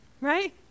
Right